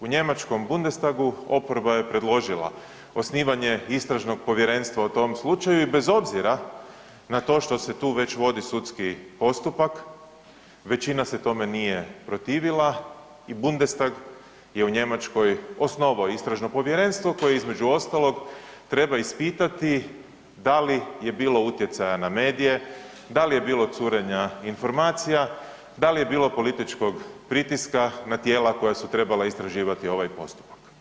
U njemačkom Bundestagu oporba je predložila osnivanje istražnog povjerenstva o tom slučaju i bez obzira na to što se tu već vodi sudski postupak, većina se tome nije protivila i Bundestag je u Njemačkoj osnovao istražno povjerenstvo koje, između ostalog, treba ispitati da li je bilo utjecaja na medije, da li je bilo curenja informacija, da li je bilo političkog pritiska na tijela koja su trebala istraživati ovaj postupak.